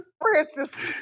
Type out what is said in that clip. Francis